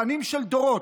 שנים של דורות,